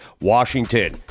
Washington